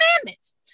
commandments